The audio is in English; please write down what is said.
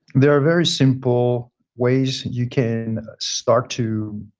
there are very simple ways you can start to